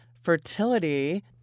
fertility